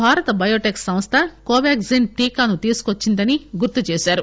భారత బయోటెక్ సంస్థ కోవాగ్జిన్ టీకాను తీసుకొచ్చిందని గుర్తు చేశారు